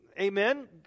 Amen